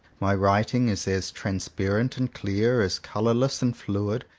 my writing is as transparent and clear, as colourless and fluid,